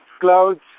clouds